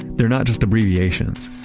they're not just abbreviations.